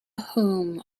whom